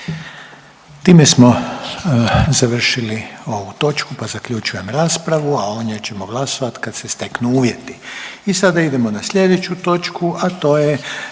Time smo završili ovu točku pa zaključujem raspravu, a o njoj ćemo glasovati kad se steknu uvjeti. **Jandroković, Gordan